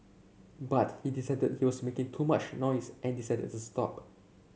but he decided he was making too much noise and decided the stop